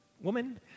woman